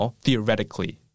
theoretically